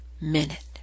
minute